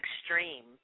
extreme